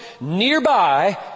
nearby